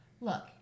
Look